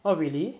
oh really